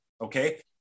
okay